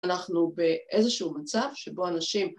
אנחנו באיזשהו מצב שבו אנשים